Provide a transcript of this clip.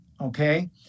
Okay